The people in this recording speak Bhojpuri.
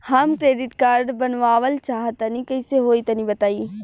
हम क्रेडिट कार्ड बनवावल चाह तनि कइसे होई तनि बताई?